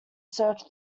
search